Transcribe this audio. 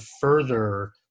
further